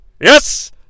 Yes